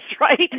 right